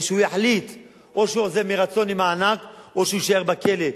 ושהוא יחליט או שהוא עוזב מרצון עם מענק או שהוא יישאר בכלא.